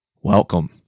welcome